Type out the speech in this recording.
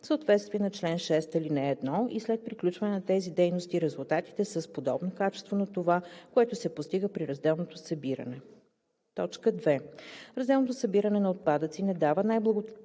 съответствие с чл. 6, ал. 1 и след приключване на тези дейности резултатите са с подобно качество на това, което се постига при разделното събиране; 2. разделното събиране на отпадъци не дава най благоприятните